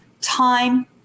time